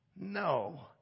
no